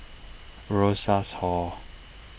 Rosas Hall